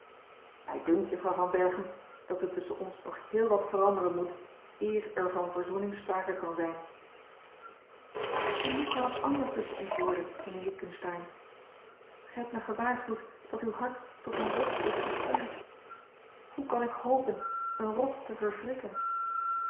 mij dunkt juffrouw van berchem dat er tusschen ons nog heel wat veranderen moet eer er van verzoening sprake kan zijn en hoe kan het anders tusschen ons worden mijnheer witgensteyn gij hebt mij gewaarschuwd dat uw hart tot een rots is versteend hoe kan ik hopen een rots te verwrikken